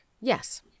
Yes